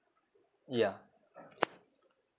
yeah